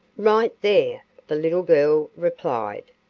right there, the little girl replied,